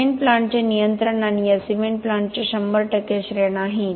cement प्लांटचे नियंत्रण आणि या सिमेंट प्लांटचे 100 टक्के श्रेय नाही